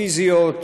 פיזיות ואחרות.